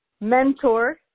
mentor